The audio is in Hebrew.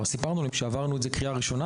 סיפרנו להם שהעברנו את זה קריאה ראשונה